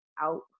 out